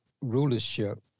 rulership